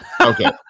Okay